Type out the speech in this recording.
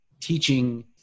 teaching